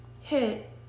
hit